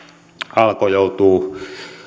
alko joutuu